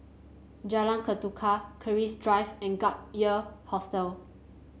Jalan Ketuka Keris Drive and Gap Year Hostel